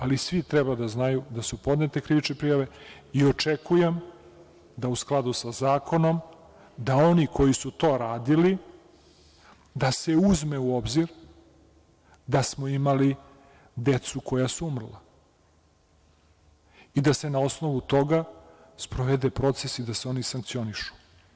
Ali, svi treba da znaju da su podnete krivične prijave i očekujem da u skladu sa zakonom, da oni koji su to radili, da se uzme u obzir da smo imali decu koja su umrla i da se na osnovu toga sprovede proces i da se oni sankcionišu.